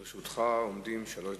עומדות לרשותך שלוש דקות.